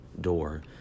door